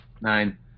Nine